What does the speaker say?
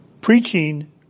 preaching